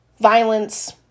Violence